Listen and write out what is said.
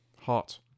Hot